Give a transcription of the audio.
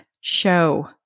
show